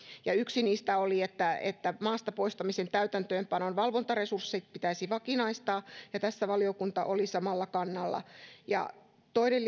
yksi niistä oli että että maasta poistamisen täytäntöönpanon valvontaresurssit pitäisi vakinaistaa ja tässä valiokunta oli samalla kannalla toinen